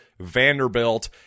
Vanderbilt